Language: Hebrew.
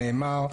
זה נאמר,